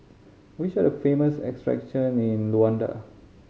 which are the famous attraction in Luanda